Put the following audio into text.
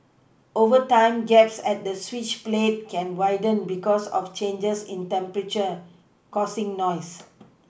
over time gaps at the switch plate can widen because of changes in temperature causing noise